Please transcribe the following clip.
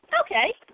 Okay